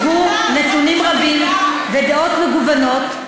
בפני חברי הוועדה הוצגו נתונים רבים ודעות מגוונות,